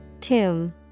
Tomb